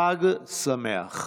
חג שמח.